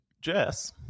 Jess